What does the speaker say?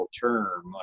term